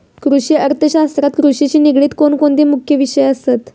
कृषि अर्थशास्त्रात कृषिशी निगडीत कोणकोणते मुख्य विषय असत?